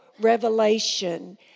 revelation